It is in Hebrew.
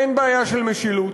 אין בעיה של משילות,